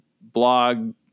blog